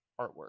artwork